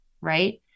right